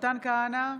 מתן כהנא,